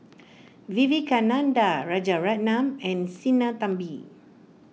Vivekananda Rajaratnam and Sinnathamby